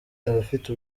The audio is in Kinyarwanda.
abafite